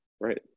right